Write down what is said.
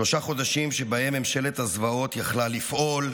שלושה חודשים שבהם ממשלת הזוועות יכלה לפעול,